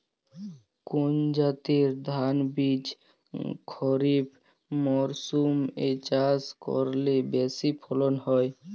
কোন জাতের ধানবীজ খরিপ মরসুম এ চাষ করলে বেশি ফলন হয়?